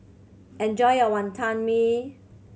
enjoy your Wantan Mee